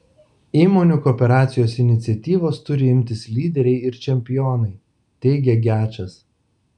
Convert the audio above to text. įmonių kooperacijos iniciatyvos turi imtis lyderiai ir čempionai teigia gečas